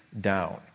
down